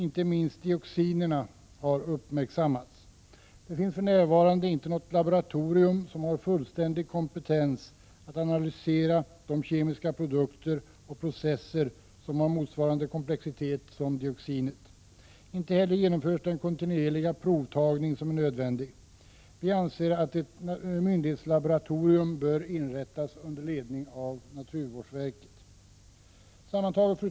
Inte minst dioxiner har uppmärksammats. Det finns för närvarande inte något laboratorium som har fullständig kompetens att analysera de kemiska produkter och processer som har motsvarande komplexitet som dioxinet. Inte heller genomförs den kontinuerliga provtagning som är nödvändig. Vi anser att ett myndighetslaboratorium bör inrättas under ledning av naturvårdsverket. Fru talman!